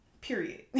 Period